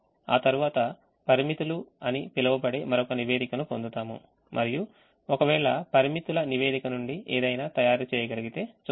ఆ తర్వాత పరిమితులు అని పిలువబడే మరొక నివేదికను పొందుతాము మరియు ఒకవేళ పరిమితుల నివేదిక నుండి ఏదైనా తయారు చేయగలిగితే చూద్దాం